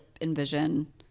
envision